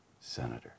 Senator